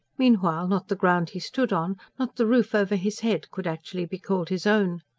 meanwhile, not the ground he stood on, not the roof over his head could actually be called his own.